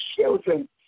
children